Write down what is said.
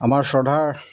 আমাৰ শ্ৰদ্ধাৰ